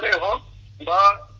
la la